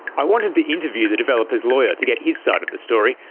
i wanted to interview the developer's lawyer to get his side of the story,